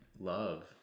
love